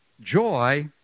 joy